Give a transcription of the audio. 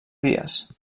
dies